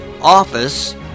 office